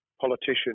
politician